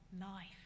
life